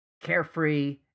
carefree